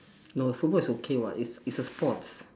no football is okay [what] it's it's a sports